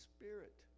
Spirit